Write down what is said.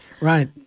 Right